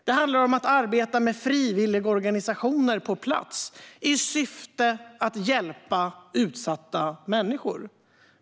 Det handlar om att arbeta med frivilligorganisationer på plats i syfte att hjälpa utsatta människor.